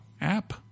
app